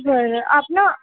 बरं आपण